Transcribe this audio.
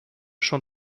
schon